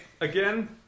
Again